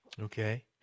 Okay